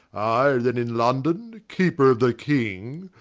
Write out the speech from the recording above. i then in london, keeper of the king,